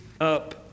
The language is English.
up